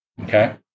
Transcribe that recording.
okay